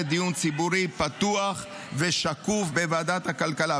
דיון ציבורי פתוח ושקוף בוועדת הכלכלה.